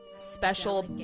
Special